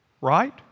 right